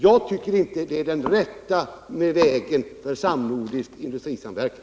Jag tycker inte att det är den rätta vägen till samnordisk industrisamverkan.